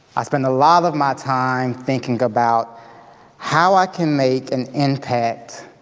i spend a lot of my time thinking about how i can make an impact